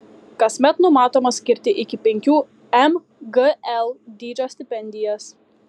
kasmet numatoma skirti iki penkių mgl dydžio stipendijas